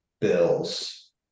Bills